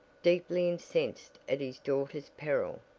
deeply incensed at his daughter's peril.